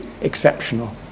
exceptional